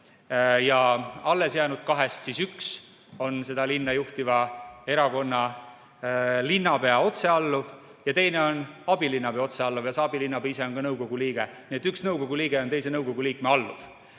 Ja allesjäänud kahest üks on linna juhtiva erakonna linnapea otsealluv ja teine on abilinnapea otsealluv ja see abilinnapea ise on ka nõukogu liige. Nii et üks nõukogu liige on teise nõukogu liikme alluv.